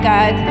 God